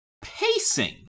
pacing